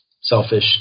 selfish